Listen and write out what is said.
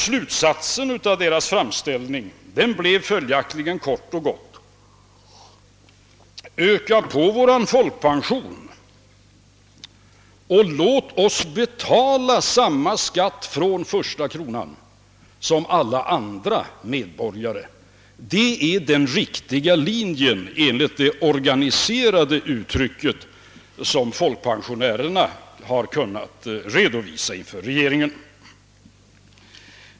Slutsatsen i framställningen var kort och gott: Öka på vår folkpension och låt oss från första kronan betala samma skatt som alla andra medborgare! Det är den riktiga linjen enligt det organiserade uttryck för folkpensionärernas mening som har redovisats inför regeringen.